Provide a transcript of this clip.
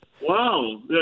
Wow